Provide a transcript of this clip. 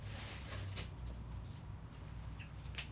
my lips always like very dry